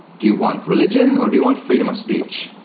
do you want religion? or do you want freedom of speech?